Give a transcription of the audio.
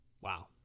Wow